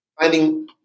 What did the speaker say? finding